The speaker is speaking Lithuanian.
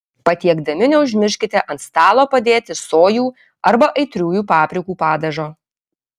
patiekdami neužmirškite ant stalo padėti sojų arba aitriųjų paprikų padažo